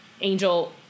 angel